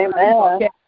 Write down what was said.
Amen